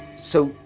so,